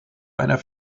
einer